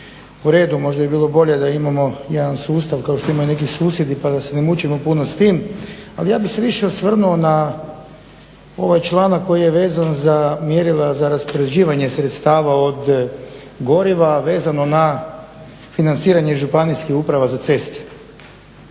U redu, možda bi bilo bolje da imamo jedan sustav kao što imaju neki susjedi pa da se ne mučimo puno s tim. Ali ja bih se više osvrnuo na ovaj članak koji je vezan za mjerila za raspoređivanje sredstava od goriva, vezano na financiranje županijskih uprava za ceste.